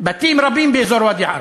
בתים רבים באזור ואדי-עארה?